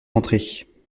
rentrer